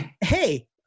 Hey